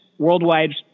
worldwide